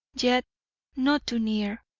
yet not too near.